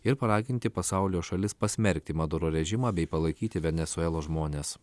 ir paraginti pasaulio šalis pasmerkti maduro režimą bei palaikyti venesuelos žmones